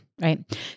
right